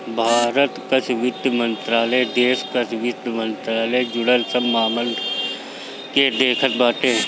भारत कअ वित्त मंत्रालय देस कअ वित्त से जुड़ल सब मामल के देखत बाटे